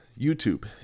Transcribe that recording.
YouTube